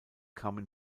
kamen